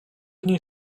dni